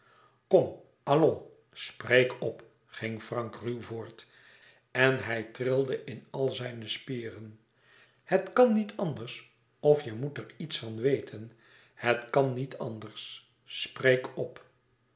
kom allons spreek op ging frank ruw voort en hij trilde in al zijne spieren het kan niet anders of je moet er iets van weten het kan niet anders spreek op